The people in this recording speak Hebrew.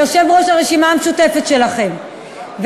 ויושב-ראש הרשימה המשותפת שלכם,